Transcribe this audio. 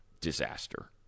disaster